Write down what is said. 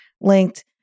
linked